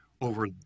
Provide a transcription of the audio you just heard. over